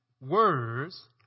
words